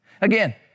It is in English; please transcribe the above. Again